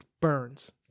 burns